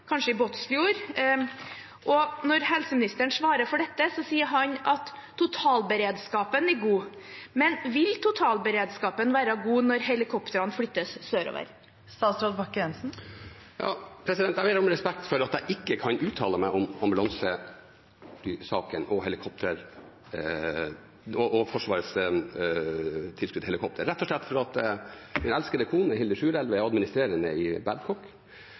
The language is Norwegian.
kanskje i Båtsfjord. Når helseministeren svarer for dette, sier han at totalberedskapen er god. Men vil totalberedskapen være god når helikoptrene flyttes sørover? Jeg ber om respekt for at jeg ikke kan uttale meg om ambulansesaken og Forsvarets tilskudd til helikopter, rett og slett fordi min elskede kone, Hilde Sjurelv, er adm. direktør i